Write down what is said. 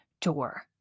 door